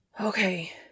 Okay